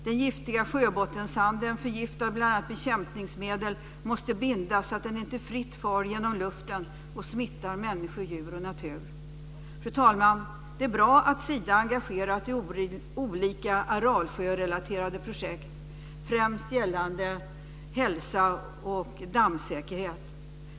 Den giftiga sjöbottensanden, förgiftad av bl.a. bekämpningsmedel, måste bindas så att den inte fritt far genom luften och smittar människor, djur och natur. Fru talman! Det är bra att Sida är engagerat i olika Aralsjörelaterade projekt, främst gällande hälsa och dammsäkerhet.